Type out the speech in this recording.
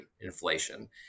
inflation